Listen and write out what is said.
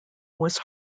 was